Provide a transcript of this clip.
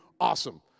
awesome